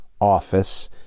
office